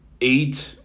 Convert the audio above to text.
eight